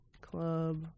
club